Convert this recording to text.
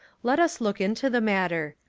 let us look into the matter.